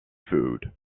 food